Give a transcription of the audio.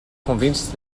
convinced